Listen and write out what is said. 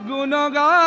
Gunaga